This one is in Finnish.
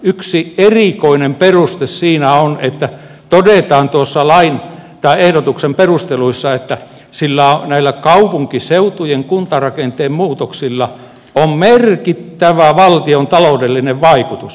yksi erikoinen peruste siinä on että todetaan noissa ehdotuksen perusteluissa että näillä kaupunkiseutujen kuntarakenteen muutoksilla on merkittävä valtiontaloudellinen vaikutus